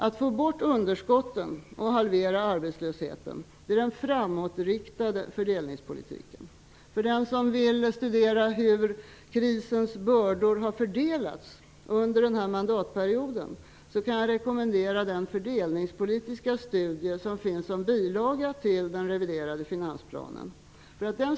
Att få bort underskotten och halvera arbetslösheten är den framåtriktade fördelningspolitiken. För den som vill studera hur krisens bördor har fördelats under denna mandatperiod kan jag rekommendera den fördelningspoltiska studie som finns som bilaga till den reviderade finansplanen.